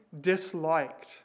disliked